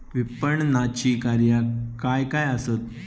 विपणनाची कार्या काय काय आसत?